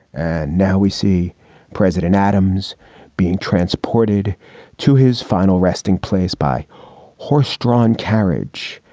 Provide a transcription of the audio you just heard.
and now we see president adams being transported to his final resting place by horse drawn carriage,